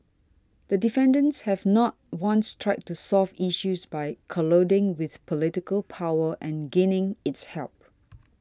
the defendants have not once tried to solve issues by colluding with political power and gaining its help